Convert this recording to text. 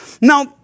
Now